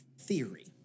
theory